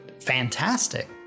fantastic